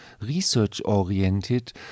research-oriented